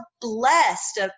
blessed